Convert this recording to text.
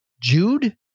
jude